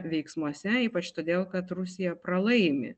veiksmuose ypač todėl kad rusija pralaimi